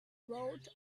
wrote